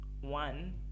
one